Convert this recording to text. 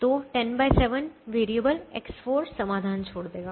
तो 107 variable X4 समाधान छोड़ देगा